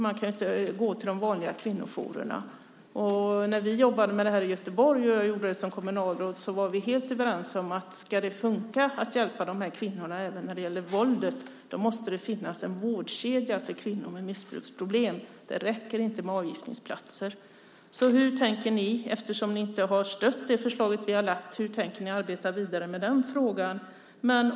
Man kan ju inte gå till de vanliga kvinnojourerna. När jag jobbade med detta som kommunalråd i Göteborg var vi helt överens om detta: Ska det funka att hjälpa dessa kvinnor även när det gäller våldet måste det finnas en vårdkedja för kvinnor med missbruksproblem. Det räcker inte med avgiftningsplatser. Hur tänker ni alltså, eftersom ni inte har stött det förslag vi har lagt fram, arbeta vidare med den frågan?